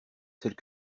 celle